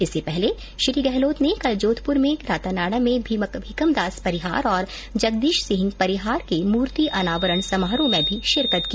इससे पहले श्री गहलोत ने कल जोधपुर के रातानाडा में भीकमदास परिहार और जगदीशसिंह परिहार के मूर्ति अनावरण समारोह में भी शिरकत की